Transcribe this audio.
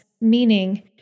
meaning